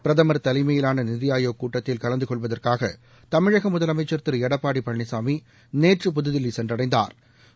பிரதம் தலைமையிலான நித்தி ஆயோக் கூட்டத்தில் கலந்து கொள்வதற்காக தமிழக முதலமைச்சள் திரு எடப்பாடி பழனிசாமி நேற்று புதுதில்லி சென்றடைந்தாா்